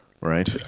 right